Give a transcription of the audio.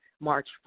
march